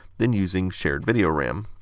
than using shared video ram.